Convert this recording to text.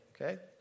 okay